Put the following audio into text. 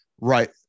right